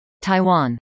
Taiwan